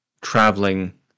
traveling